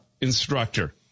instructor